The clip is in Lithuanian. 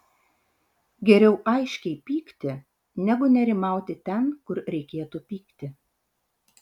geriau aiškiai pykti negu nerimauti ten kur reikėtų pykti